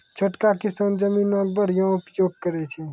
छोटका किसान जमीनो के बढ़िया उपयोग करै छै